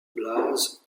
blaze